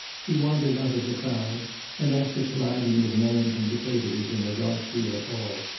he wandered out of the crowd and, after colliding with a man from the caterer's in a dark rear hall,